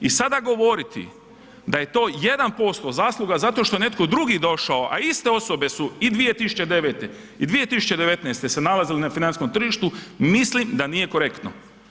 I sada govoriti da je to 1% zasluga zato što je netko drugi došao, a iste osobe su i 2009. i 2019. se nalazile na financijskom tržištu mislim da nije korektno.